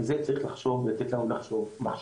זה צריך לתת לנו לחשוב מחשבה.